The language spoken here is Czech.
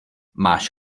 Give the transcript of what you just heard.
máš